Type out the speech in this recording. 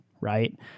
right